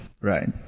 Right